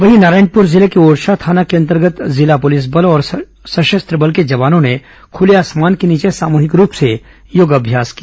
इधर नारायणपुर जिले के ओरछा थाना अंतर्गत जिला पुलिस बल और छत्तीसगढ़ सशस्त्र बल के जवानों ने खूले आसमान के नीचे सामूहिक रूप से योग किया